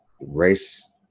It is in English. race